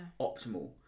optimal